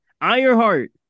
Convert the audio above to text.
Ironheart